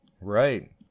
Right